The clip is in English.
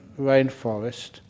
rainforest